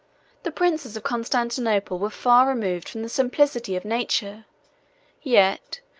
the princes of constantinople were far removed from the simplicity of nature yet,